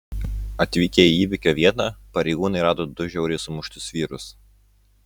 atvykę į įvykio vietą pareigūnai rado du žiauriai sumuštus vyrus